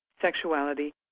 Sexuality